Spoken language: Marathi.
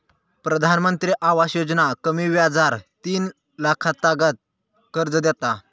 प्रधानमंत्री आवास योजना कमी व्याजार तीन लाखातागत कर्ज देता